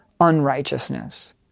unrighteousness